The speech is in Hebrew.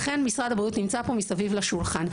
לכן משרד הבריאות נמצא פה מסביב לשולחן.